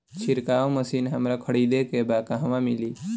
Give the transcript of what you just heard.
छिरकाव मशिन हमरा खरीदे के बा कहवा मिली?